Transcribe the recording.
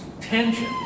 tension